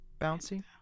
bouncy